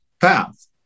path